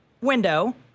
window